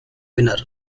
winner